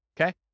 Okay